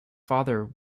father